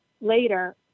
later